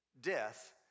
Death